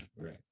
Right